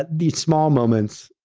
the small moments,